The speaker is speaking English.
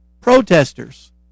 protesters